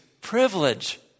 privilege